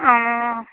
অ